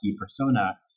persona